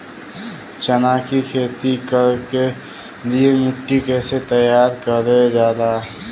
चना की खेती कर के लिए मिट्टी कैसे तैयार करें जाला?